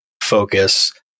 focus